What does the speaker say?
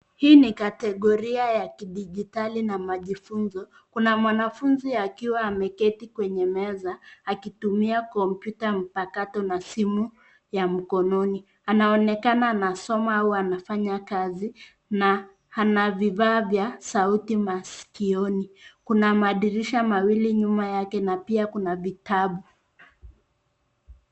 Hii ni kategoria ya kidijitali na majifunzo. Kuna mwanafunzi akiwa ameketi kwenye meza akitumia kompyuta mpakato na simu ya mkononi. Anaonekana anasoma au anafanya kazi na ana vifaa vya sauti masikioni. Kuna madirisha mawili nyuma yake na pia kuna vitabu.